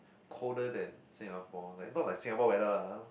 colder than Singapore like not like Singapore weather lah !huh!